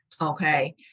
okay